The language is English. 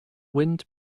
wind